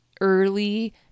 early